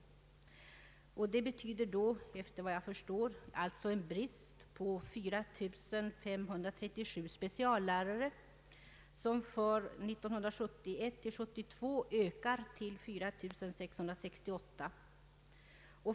Detta innebär såvitt jag förstår en brist på 4 537 speciallärare, vilken för 1971/72 ökar till 4 668.